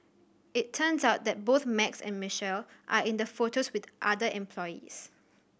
it turns out that both Max and Michelle are in the photos with other employees